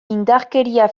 indarkeria